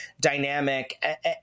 dynamic